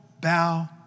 bow